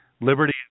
Liberty